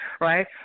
Right